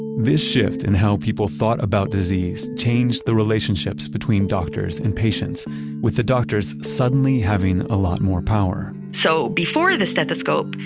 and this shift in how people thought about disease changed the relationships between doctors and patients with the doctors suddenly having a lot more power so before the stethoscope,